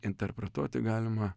interpretuoti galima